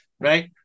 Right